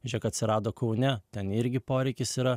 žiūrėk atsirado kaune ten irgi poreikis yra